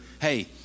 hey